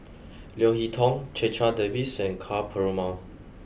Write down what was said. Leo Hee Tong Checha Davies and Ka Perumal